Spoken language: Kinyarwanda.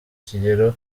kigero